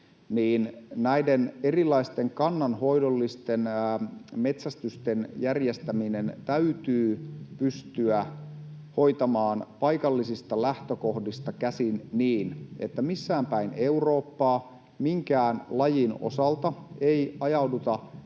näiden erilaisten kannanhoidollisten metsästysten järjestäminen täytyy pystyä hoitamaan paikallisista lähtökohdista käsin niin, että missään päin Eurooppaa minkään lajin osalta ei ajauduta tilanteeseen,